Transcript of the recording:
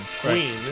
Queen